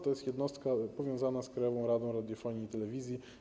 To jest jednostka powiązana z Krajową Radą Radiofonii i Telewizji.